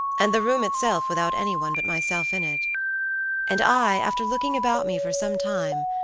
and the room itself without anyone but myself in it and i, after looking about me for some time,